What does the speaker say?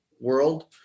world